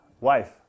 wife